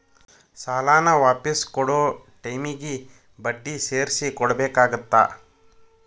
ಸಾಲಾನ ವಾಪಿಸ್ ಕೊಡೊ ಟೈಮಿಗಿ ಬಡ್ಡಿ ಸೇರ್ಸಿ ಕೊಡಬೇಕಾಗತ್ತಾ